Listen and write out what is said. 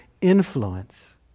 influence